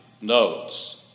notes